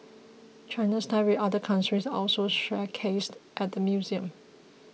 China's ties with other countries are also showcased at the museum